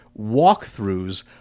walkthroughs